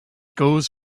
goes